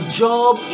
job